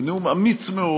בנאום אמיץ מאוד